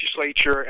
legislature